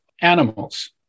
animals